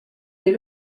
est